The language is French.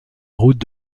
route